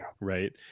right